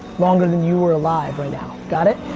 longer than you were alive right now. got it?